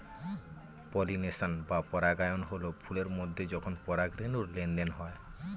pollination বা পরাগায়ন হল ফুলের মধ্যে যখন পরাগরেনুর লেনদেন হয়